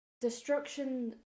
destruction